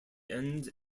end